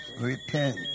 repent